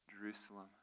Jerusalem